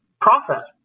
prophet